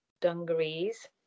dungarees